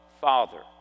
Father